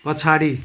पछाडि